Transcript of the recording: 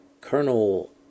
Colonel